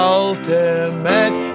ultimate